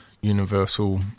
universal